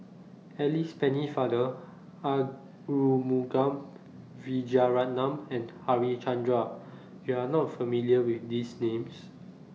Alice Pennefather Arumugam Vijiaratnam and Harichandra YOU Are not familiar with These Names